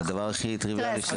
זה הדבר הכי טריוויאלי שיש.